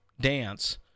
dance